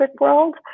world